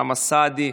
אוסאמה סעדי,